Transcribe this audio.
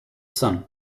son